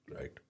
Right